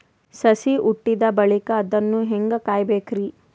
ಸಸಿ ಹುಟ್ಟಿದ ಬಳಿಕ ಅದನ್ನು ಹೇಂಗ ಕಾಯಬೇಕಿರಿ?